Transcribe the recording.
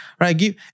right